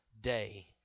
day